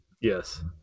yes